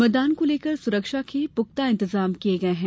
मतदान को लेकर सुरक्षा के पुख्ता इंतजाम किये गये हैं